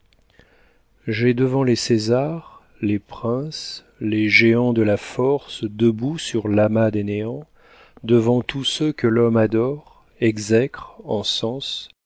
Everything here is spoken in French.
j'ai devant les césars les princes les géants de la force debout sur l'amas des néants devant tous ceux que l'homme adore exècre encense